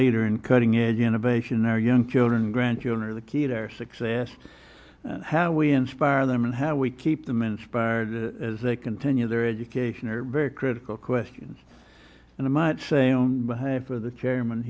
leader in cutting edge innovation our young children and grandchildren are the key to our success how we inspire them and how we keep them inspired as they continue their education are very critical questions in a much say on behalf of the chairman